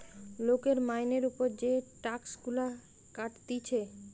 লোকের মাইনের উপর যে টাক্স গুলা কাটতিছে